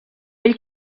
ell